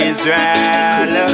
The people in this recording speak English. Israel